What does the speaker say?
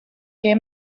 que